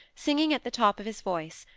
singing at the top of his voice,